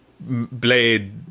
Blade